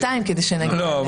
שזה לא יהיה עכשיו בנוסח,